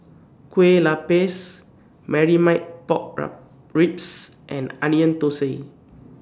Kuih Lopes Marmite Pork Ribs and Onion Thosai